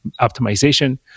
optimization